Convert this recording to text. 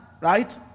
Right